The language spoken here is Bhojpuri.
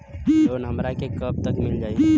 लोन हमरा के कब तक मिल जाई?